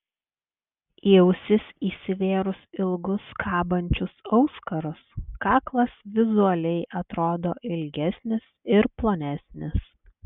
į ausis įsivėrus ilgus kabančius auskarus kaklas vizualiai atrodo ilgesnis ir plonesnis